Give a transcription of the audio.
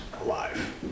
alive